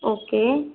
okay